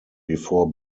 before